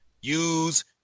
use